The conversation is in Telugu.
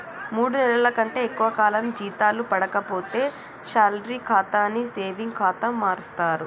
మూడు నెలల కంటే ఎక్కువ కాలం జీతాలు పడక పోతే శాలరీ ఖాతాని సేవింగ్ ఖాతా మారుస్తరు